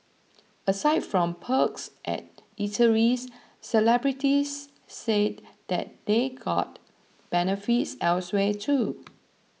aside from perks at eateries celebrities say that they got benefits elsewhere too